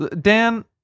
Dan